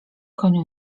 koniu